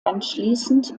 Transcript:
anschließend